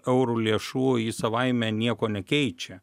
eurų lėšų ji savaime nieko nekeičia